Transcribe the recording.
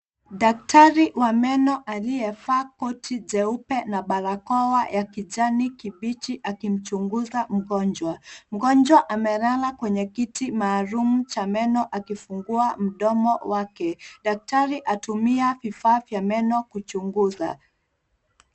Daktari wa meno aliyevaa koti jeupe na barakoa ya kijani kibichi akimchunguza mgonjwa. Mgonjwa amelala kwenye kiti maalum cha meno akifungua mdomo wake. Daktari atumia vifaa vya meno kuchunguza.